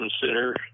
Center